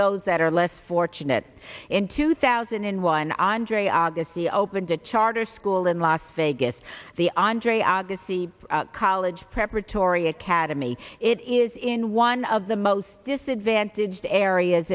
those that are less fortunate in two thousand and one andre agassi opened a charter school in las vegas the andre agassi college preparatory academy it is in one of the most disadvantaged areas